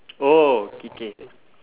oh K K